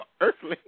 earthly